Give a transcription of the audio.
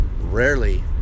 rarely